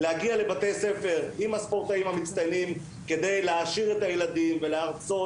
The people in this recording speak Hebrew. להגיע לבתי ספר עם המצטיינים כדי להעשיר את הילדים ולהרצות